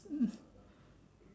um